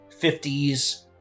50s